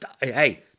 Hey